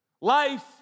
Life